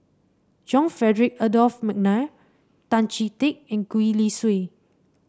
John Frederick Adolphus McNair Tan Chee Teck and Gwee Li Sui